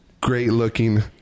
great-looking